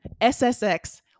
SSX